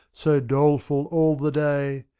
so doleful all the day.